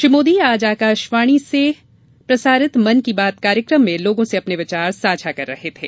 श्री मोदी आज आकाशवाणी से प्रसारित मन की बात कार्यक्रम में लोगों से अपने विचार साझा कर रहे थे